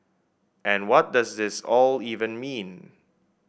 and what does it all even mean